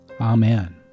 Amen